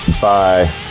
bye